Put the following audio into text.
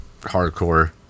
hardcore